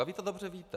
A vy to dobře víte.